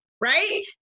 right